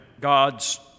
God's